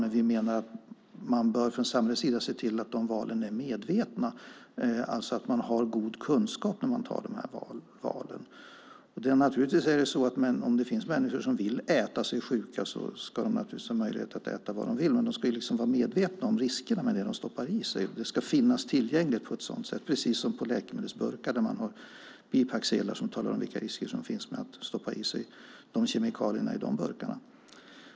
Men vi menar att samhället bör se till att valen är medvetna, det vill säga att man har god kunskap när man gör valen. Om det finns människor som vill äta sig sjuka ska de ha möjlighet att äta vad de vill, men de ska vara medvetna om riskerna med det de stoppar i sig. Information ska finnas tillgänglig, precis som på läkemedelsburkar där man har bipacksedlar som talar om vilka risker som finns med att stoppa i sig kemikalierna i burkarna.